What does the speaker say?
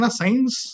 science